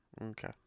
Okay